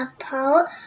apart